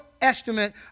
estimate